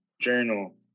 journal